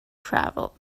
travel